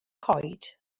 coed